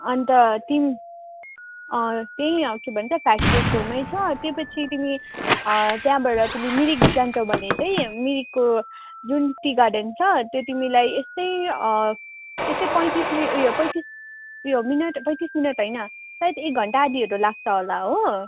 अन्त तिमी अँ त्यहीँ के भन्छ फ्याक्ट्री छेउमै छ त्यो पछि तिमी त्यहाँबट तिमी मिरिक जान्छौँ भने चाहिँ मिरिकको जुन टी गार्डन छ त्यो तिमीलाई यस्तै यस्तै पैँतिस ऊ यो पैँतिस मिनेट ऊ यो पैँतिस मिनेट होइनन सायद एक घन्टा आधाहरू लाग्छ होला हो